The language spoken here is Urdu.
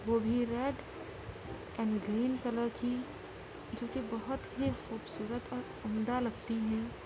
وہ بھی ریڈ اینڈ گرین کلر کی جو کہ بہت ہی خوبصورت اور عمدہ لگتی ہیں